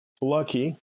lucky